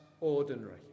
ordinary